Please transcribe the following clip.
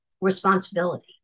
responsibility